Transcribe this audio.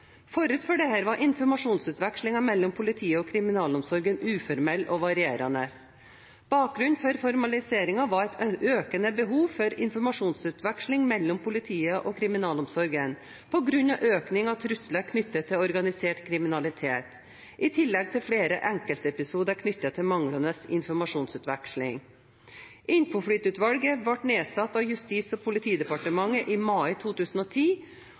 var informasjonsutvekslingen mellom politiet og kriminalomsorgen uformell og varierende. Bakgrunnen for formaliseringen var et økende behov for informasjonsutveksling mellom politiet og kriminalomsorgen på grunn av økning av trusler knyttet til organisert kriminalitet, i tillegg til flere enkeltepisoder knyttet til manglende informasjonsutveksling. Infoflyt-utvalget ble nedsatt av Justis- og politidepartementet i mai 2010.